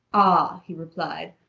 ah, he replied,